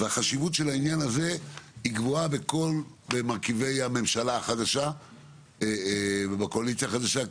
חשיבות העניין הזה גבוהה בכל מרכיבי הממשלה החדשה ובקואליציה החדשה,